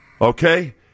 okay